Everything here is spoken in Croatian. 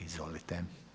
Izvolite.